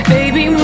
Baby